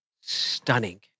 stunning